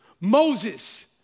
Moses